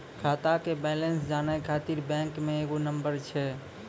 खाता के बैलेंस जानै ख़ातिर बैंक मे एगो नंबर छै?